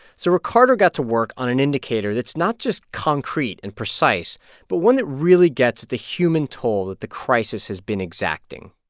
so ricardo got to work on an indicator that's not just concrete and precise but one that really gets at the human toll that the crisis has been exacting.